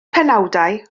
penawdau